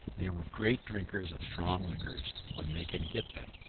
they are great drinkers of strong liquors when they can get them.